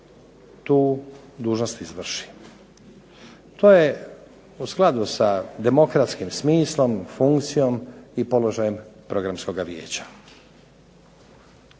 tu dužnost izvrši. To je u skladu sa demokratskim smislom, funkcijom i položajem programskoga vijeća.